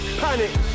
panic